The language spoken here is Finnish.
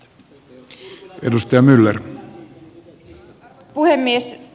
arvoisa puhemies